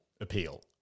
appeal